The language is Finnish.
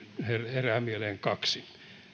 herää mieleen kaksi